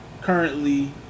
currently